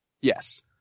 Yes